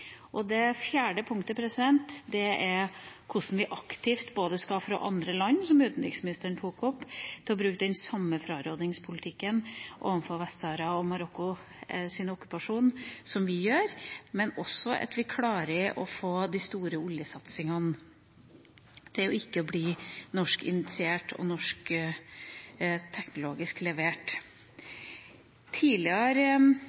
Og det siste punktet er hvordan vi aktivt skal få andre land, som utenriksministeren tok opp, til å bruke den samme frarådingspolitikken overfor Marokkos okkupasjon av Vest-Sahara som vi har, men også at vi klarer å få de store oljesatsingene til ikke å være norskinitiert eller levert med norsk